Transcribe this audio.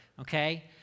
Okay